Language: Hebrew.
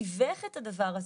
ותיווך את הדבר הזה,